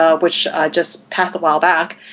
ah which just passed a while back,